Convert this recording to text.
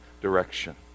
direction